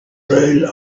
rule